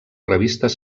revistes